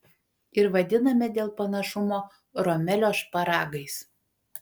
ir vadiname dėl panašumo romelio šparagais